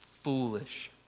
foolish